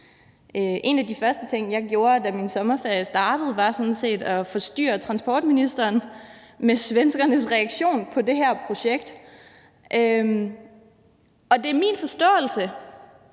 En af de første ting, jeg gjorde, da min sommerferie startede, var sådan set at forstyrre transportministeren med svenskernes reaktion på det her projekt. Og det er min forståelse